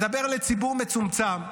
מדבר לציבור מצומצם,